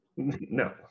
No